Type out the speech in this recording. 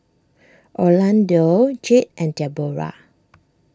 Orlando Jade and Deborah